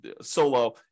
solo